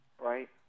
Right